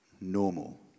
normal